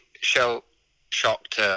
shell-shocked